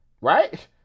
right